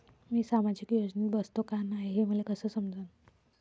मी सामाजिक योजनेत बसतो का नाय, हे मले कस समजन?